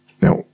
Now